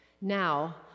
Now